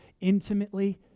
intimately